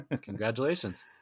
Congratulations